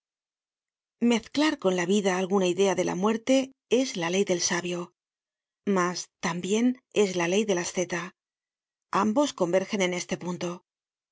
mezclar con la vida alguna idea de la muerte es la ley del sabio mas tambien es la ley del asceta ambos converjen en este punto